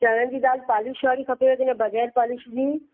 चणनि जी दाल पॉलिश वारी खपेव की न बग़ैर पॉलिश जी